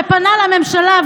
שפנה לממשלה,